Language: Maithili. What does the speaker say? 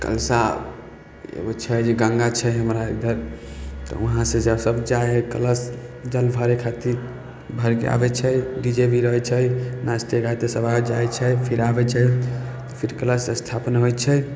कलशा एगो छै जे गंगा छै हमरा इधर तऽ उहाँ सब जाइ हइ कलश जल भरय खातिर भरिके आबय छै डी जे भी रहय छै नाचिते गाबिते सब आबि जाइ छै फिर आबय छै फिर कलश स्थापन होइ छै